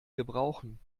gebrauchen